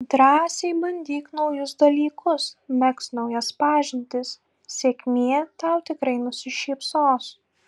drąsiai bandyk naujus dalykus megzk naujas pažintis sėkmė tau tikrai nusišypsos